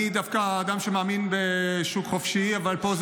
אני דווקא אדם שמאמין בשוק חופשי אבל פה זה